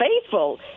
faithful